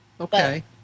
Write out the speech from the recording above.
Okay